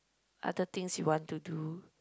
other things you want to do